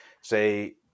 say